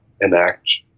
enact